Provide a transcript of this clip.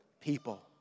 people